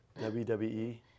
WWE